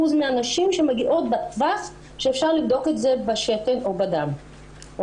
מהנשים שמגיעות בטווח שאפשר לבדוק את זה בשתן או בדם,